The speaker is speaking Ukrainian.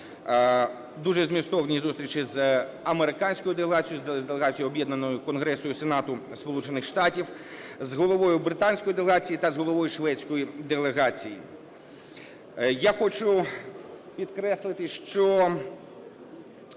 дуже змістовні зустрічі з американською делегацією, з делегацією об'єднаною Конгресу і Сенату Сполучених Штатів, з головою британської делегації та з головою швецької делегації. Я хочу підкреслити, що